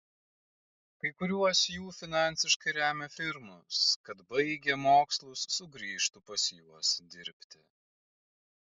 kai kuriuos jų finansiškai remia firmos kad baigę mokslus sugrįžtų pas juos dirbti